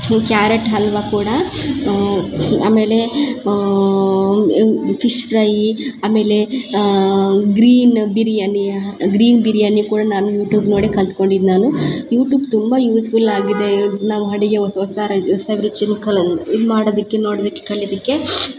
carrot halwa ಕೂಡ ಆಮೇಲೆ fish fry ಆಮೇಲೆ ಗ್ರೀನ್ ಬಿರ್ಯಾನಿ ಗ್ರೀನ್ ಬಿರ್ಯಾನಿ ಕೂಡ ನಾನು ಯುಟ್ಯೂಬ್ ನೋಡೇ ಕಲ್ತ್ಕೊಂಡಿದ್ದು ನಾನು ಯುಟ್ಯೂಬ್ ತುಂಬ ಯೂಸ್ಫುಲ್ ಆಗಿದೆ ನಾವು ಅಡಿಗೆ ಹೊಸ ಹೊಸ ಸವಿರುಚಿ ಕಲ್ ಇದು ಮಾಡದಕ್ಕೆ ನೋಡದಿಕ್ಕೆ ಕಲಿದಿಕ್ಕೆ